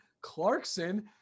Clarkson